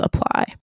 apply